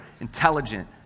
intelligent